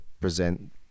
present